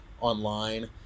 online